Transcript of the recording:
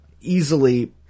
Easily